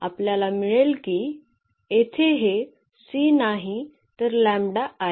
आपल्याला मिळेल कि येथे हे नाही तरआहे